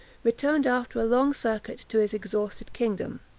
returned after a long circuit to his exhausted kingdom.